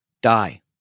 die